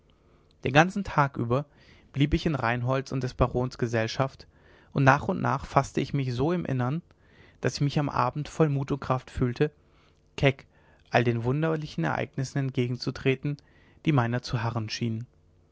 den ganzen tag über blieb ich in reinholds und des barons gesellschaft und nach und nach faßte ich mich so im innern daß ich mich am abend voll mut und kraft fühlte keck all den wunderlichen ereignissen entgegenzutreten die meiner zu harren schienen